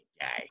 guy